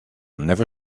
never